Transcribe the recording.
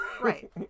Right